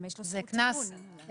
יש לזה קנס נמוך.